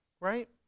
right